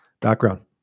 background